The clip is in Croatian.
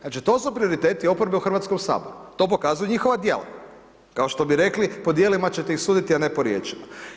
Znači to su prioriteti oporbe u Hrvatskom saboru, to pokazuju njihova djela, kao što bi rekli po djelima ćete ih suditi a ne po riječima.